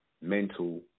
mental